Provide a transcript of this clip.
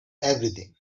everything